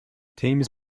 teams